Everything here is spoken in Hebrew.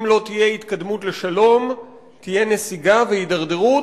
אם לא תהיה התקדמות לשלום יהיו נסיגה והידרדרות,